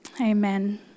Amen